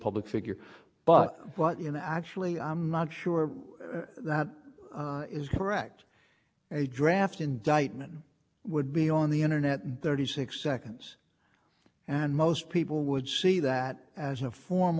know actually i'm not sure that is correct a draft indictment would be on the internet in thirty six seconds and most people would see that as a formal